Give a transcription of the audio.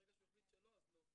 ברגע שהוא החליט שלא אז לא.